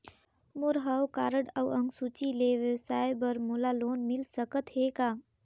मोर हव कारड अउ अंक सूची ले व्यवसाय बर मोला लोन मिल सकत हे का?